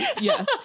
yes